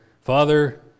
father